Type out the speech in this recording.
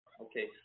Okay